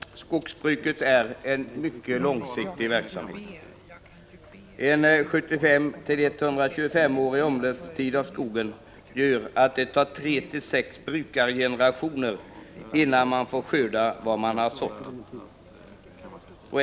Skogsbruket är en mycket långsiktig verksamhet. En 75-125 årig omloppstid för skogen gör att det tar tre till sex brukargenerationer innan man får skörda vad man har sått.